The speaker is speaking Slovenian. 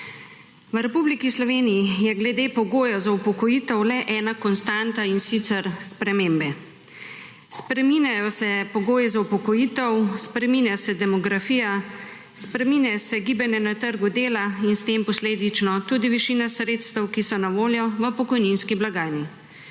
V Republiki Sloveniji je glede pogoja za upokojitev le ena konstanta, in sicer spremembe. Spreminjajo se pogoji za upokojitev, spreminja se demografija, spreminja se gibanje na trgu dela in s tem posledično tudi višina sredstev, ki so na voljo v pokojninski blagajni.